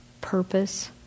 purpose